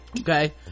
okay